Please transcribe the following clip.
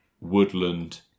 Woodland